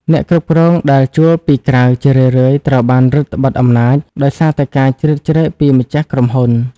អ្នកគ្រប់គ្រងដែលជួលពីក្រៅជារឿយៗត្រូវបានរឹតត្បិតអំណាច ដោយសារតែការជ្រៀតជ្រែកពីម្ចាស់ក្រុមហ៊ុន។